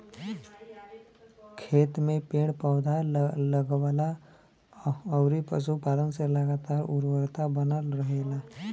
खेत में पेड़ पौधा, लगवला अउरी पशुपालन से लगातार उर्वरता बनल रहेला